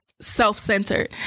self-centered